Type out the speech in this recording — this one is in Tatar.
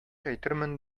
әйтермен